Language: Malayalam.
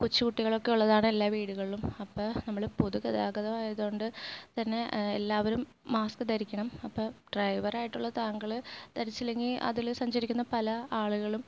കൊച്ചുകുട്ടികളൊക്കെ ഉള്ളതാണ് എല്ലാ വീടുകളിലും അപ്പം നമ്മൾ പൊതുഗതാഗതം ആയതുകൊണ്ട് തന്നെ എല്ലാവരും മാസ്ക് ധരിക്കണം അപ്പം ഡ്രൈവർ ആയിട്ടുള്ള താങ്കൾ ധരിച്ചില്ലെങ്ങിൽ അതിൽ സഞ്ചരിക്കുന്ന പല ആളുകളും